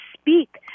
speak